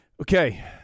Okay